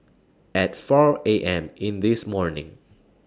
At four A M in This morning